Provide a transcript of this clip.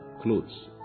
Clothes